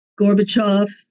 Gorbachev